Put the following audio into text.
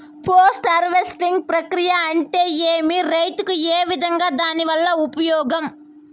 Post harvesting ప్రక్రియ అంటే ఏమి? రైతుకు ఏ విధంగా దాని వల్ల ఉపయోగం?